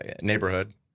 neighborhood